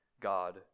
God